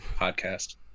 podcast